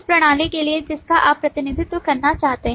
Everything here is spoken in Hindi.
उस प्रणाली के लिए जिसका आप प्रतिनिधित्व करना चाहते हैं